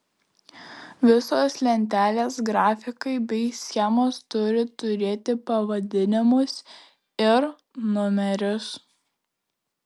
visos lentelės grafikai bei schemos turi turėti pavadinimus ir numerius